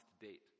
date